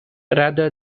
rather